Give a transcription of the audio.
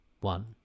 one